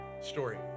Story